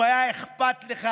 אם היה אכפת לך,